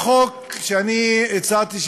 החוק שאני הצעתי,